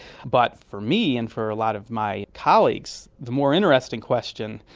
but for me and for a lot of my colleagues the more interesting question,